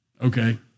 Okay